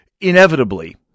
inevitably